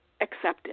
accepted